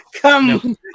Come